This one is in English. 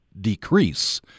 decrease